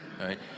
right